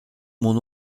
mon